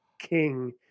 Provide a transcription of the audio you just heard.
king